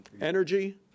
Energy